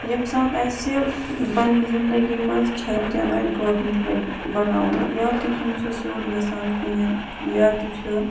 ییٚمہِ ساتہٕ اَسہِ پنٕنہِ زِنٛدگی منٛز کھٮ۪ن چٮ۪ن آسہِ گۄڈٕنِکہٕ لَٹہِ بَناوُن یا تہِ چھُنہٕ سُہ سیٚود گژھان کِہیٖنٛۍ یا تہِ چھُ